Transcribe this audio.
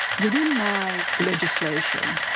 within my legislation,